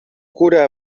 cura